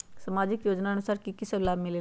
समाजिक योजनानुसार कि कि सब लाब मिलीला?